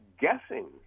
guessing